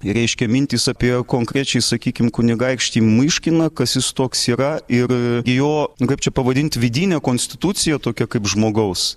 reiškia mintys apie konkrečiai sakykim kunigaikštį myškiną kas jis toks yra ir jo kaip čia pavadint vidinę konstituciją tokią kaip žmogaus